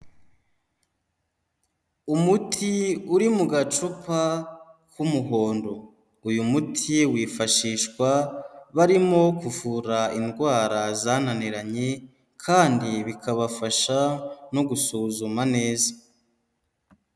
Umuti uri mu gacupa k'umuhondo, uyu muti wifashishwa barimo kuvura indwara zananiranye kandi bikabafasha no gusuzuma neza.